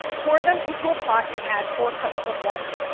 pour them into a pot and add four cups of water.